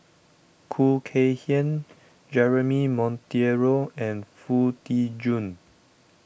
Khoo Kay Hian Jeremy Monteiro and Foo Tee Jun